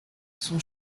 son